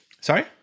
Sorry